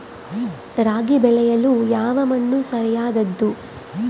ರಾಗಿ ಬೆಳೆಯಲು ಯಾವ ಮಣ್ಣು ಸರಿಯಾದದ್ದು?